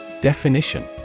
Definition